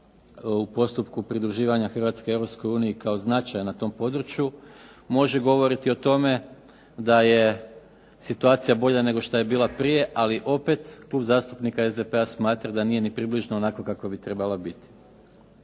u postupku pridruživanja Hrvatske Europskoj uniji kao značajan na tom području, može govoriti o tome da je situacija bolja nego šta je bila prije, ali opet Klub zastupnika SDP-a smatra da nije ni približno onakva kakva bi trebala biti.